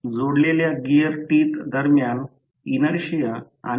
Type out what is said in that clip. परंतु तरीही लहान आकाराचा इंडक्शन मोटर आहे